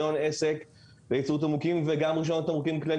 אין שום הצדקה שיהיה גם רישיון עסק וגם רישיון תמרוקים כללי.